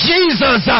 Jesus